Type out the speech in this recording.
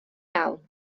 iawn